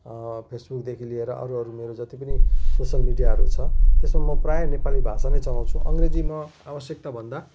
फेसबुकदेखि लिएर अरू अरू मेरो जति पनि सोसियल मिडियाहरू छ त्यसमा म प्रायः नेपाली भाषामै चलाउँछु अङ्ग्रेजीमा आवश्यकताभन्दा